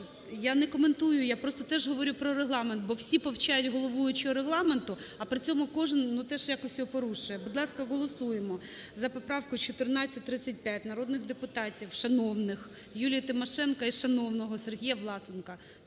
Я не коментую, я просто теж говорю про Регламент, бо всі повчають головуючу Регламенту, а при цьому кожен теж якось його порушує. Будь ласка, голосуємо за поправку 1435 народних депутатів шановних Юлії Тимошенко і шановного Сергія Власенка,